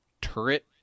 turret